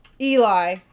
Eli